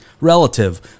relative